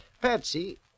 Patsy